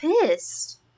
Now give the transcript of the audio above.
pissed